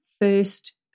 first